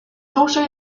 also